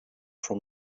from